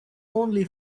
only